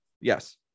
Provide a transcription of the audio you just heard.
yes